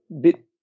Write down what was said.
bit